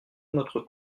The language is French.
notre